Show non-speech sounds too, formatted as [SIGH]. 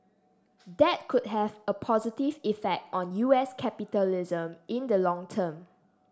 [NOISE] that could have a positive effect on U S capitalism in the long term